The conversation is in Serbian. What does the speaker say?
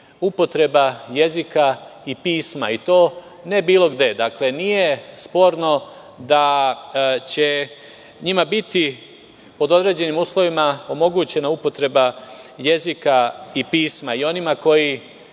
upotreba jezika i pisma i to ne bilo gde. Dakle, nije sporno da će njima biti pod određenim uslovima omogućena upotreba jezika i pisma i onima koji,